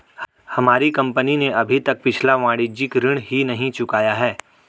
हमारी कंपनी ने अभी तक पिछला वाणिज्यिक ऋण ही नहीं चुकाया है